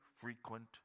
frequent